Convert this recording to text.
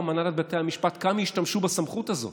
מהנהלת בתי המשפט כמה השתמשו בסמכות הזאת.